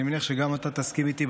אני מניח שגם אתה תסכים איתי,